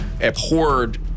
abhorred